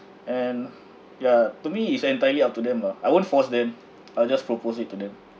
and ya to me it's entirely up to them lah I won't force them I'll just propose it to them